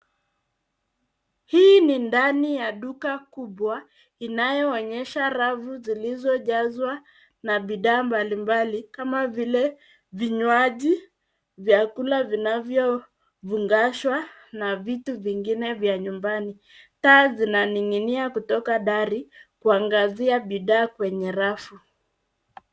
Hii ni ndani ya duka kubwa inayoonyesha rafu zilizojazwa na bidhaa mbalimbali kama vile vinywaji, vyakula vinavyovungashwa na vitu vingine vya nyumbani. Taa zinaning'inia kutoka dari kuangazia bidhaa kwenye rafu.